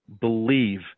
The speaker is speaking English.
believe